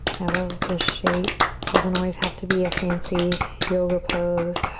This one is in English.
i love this shape. doesn't always have to be a fancy yoga pose.